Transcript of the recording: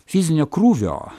fizinio krūvio